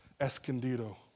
Escondido